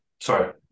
sorry